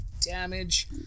damage